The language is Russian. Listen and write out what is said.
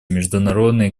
международной